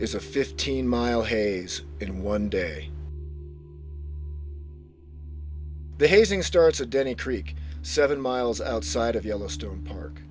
is a fifteen mile haze in one day the hazing starts at denny trick seven miles outside of yellowstone park